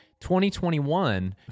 2021